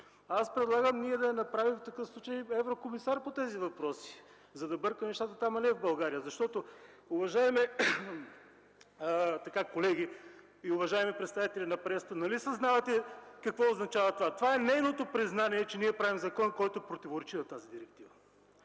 Аз предлагам в такъв случай да я направим еврокомисар по тези въпроси, за да бърка нещата там, а не в България. Уважаеми колеги и уважаеми представители на пресата! Нали съзнавате какво означава това? Това е нейното признание, че ние правим закон, който противоречи на тази директива.